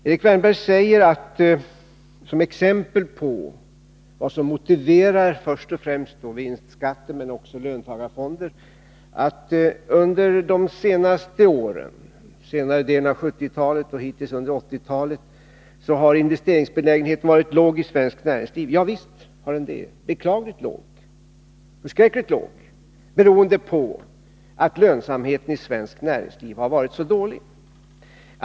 Erik Wärnberg nämner — som exempel på vad som motiverar först och främst vinstskatten men också löntagarfonder — att under senare delen av 1970-talet och hittills under 1980-talet har investeringsbenägenheten varit låg i svenskt näringsliv. Javisst, den har varit beklagligt låg, beroende på att lönsamheten i svenskt näringsliv har varit så dålig.